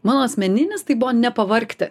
mano asmeninis tai buvo nepavargti